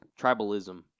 tribalism